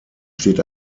steht